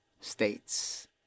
states